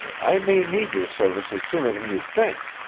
i may need your services sooner than you think.